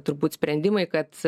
turbūt sprendimai kad